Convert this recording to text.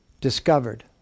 discovered